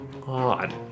God